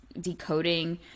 decoding